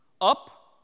up